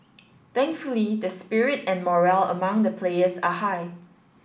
thankfully the spirit and morale among the players are high